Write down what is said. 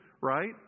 Right